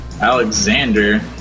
Alexander